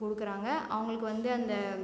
கொடுக்குறாங்க அவங்களுக்கு வந்து அந்த